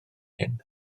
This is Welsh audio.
hyn